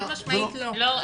חד משמעית לא.